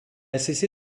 cessé